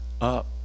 up